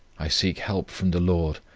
i seek help from the lord,